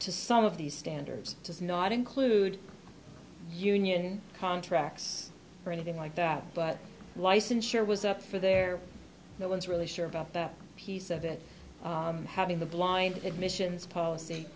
to some of these standards does not include union contracts or anything like that but licensure was up for there no one's really sure about that piece of it having the blind admissions policy